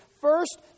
First